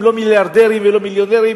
שהם לא מיליארדרים ולא מיליונרים.